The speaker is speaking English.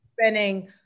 spending